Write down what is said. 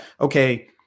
okay